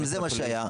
גם זה מה שהיה.